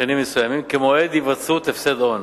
כמועד היווצרות הפסד הון.